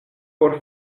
por